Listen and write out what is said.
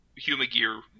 Humagear